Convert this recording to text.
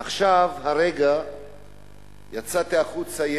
עכשיו, הרגע יצאתי החוצה,